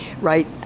right